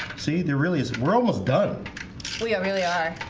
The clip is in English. see there really is we're almost done. we have really i